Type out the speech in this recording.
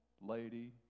lady